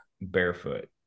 barefoot